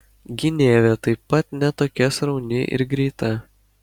gynėvė taip pat ne tokia srauni ir greita